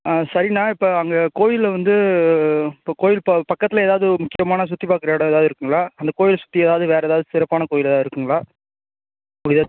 ஆ சரிண்ணா இப்போ அங்கே கோயிலில் வந்து இப்போ கோயில் ப பக்கத்தில் ஏதாவது ஒரு முக்கியமான சுற்றி பார்க்குற இடம் எதாவது இருக்குதுங்களா அந்த கோயிலை சுற்றி எதாவது வேறு எதாவது சிறப்பான கோயில் எதாவது இருக்குதுங்களா